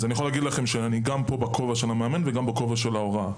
אז אני יכול להגיד לכם שאני פה גם בכובע המאמן וגם בכובע של ההוראה.